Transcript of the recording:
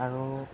আৰু